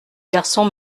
garçon